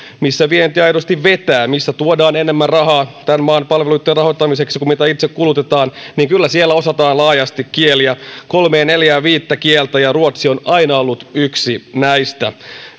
missä vienti aidosti vetää missä tuodaan enemmän rahaa tämän maan palveluitten rahoittamiseksi kuin mitä itse kulutetaan niin kyllä siellä osataan laajasti kieliä kolmea neljää viittä kieltä ja ruotsi on aina ollut yksi näistä